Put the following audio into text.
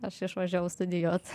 aš išvažiavau studijuot